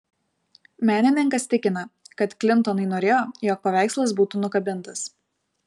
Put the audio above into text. menininkas tikina kad klintonai norėjo jog paveikslas būtų nukabintas